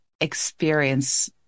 experience